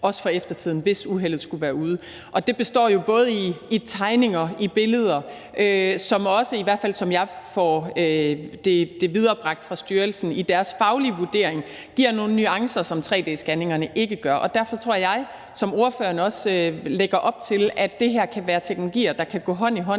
for eftertiden, hvis uheldet skulle være ude. Det består jo i både tegninger og billeder, som også, i hvert fald sådan som jeg har fået det viderebragt fra styrelsen i deres faglige vurdering, giver nogle nuancer, som tre-d-scanningerne ikke gør. Derfor tror jeg, at det her, som ordføreren også lægger op til, kan være teknologier, der kan gå hånd i hånd